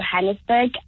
Johannesburg